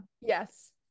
Yes